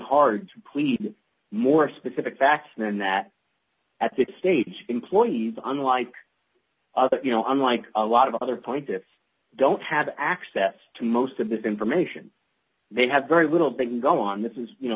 hard to plead more specific facts than that at this stage employees unlike other you know unlike a lot of other point that don't have access to most of this information they have very little things going on this is you know